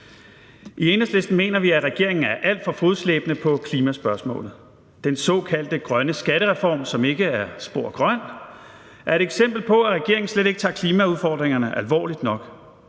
I Enhedslisten mener vi, at regeringen er alt for fodslæbende på klimaspørgsmålet. Den såkaldte grønne skattereform, som ikke er spor grøn, er et eksempel på, at regeringen slet ikke tager klimaudfordringerne alvorligt nok.